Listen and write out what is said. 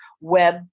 web